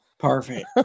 perfect